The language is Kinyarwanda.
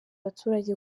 abaturage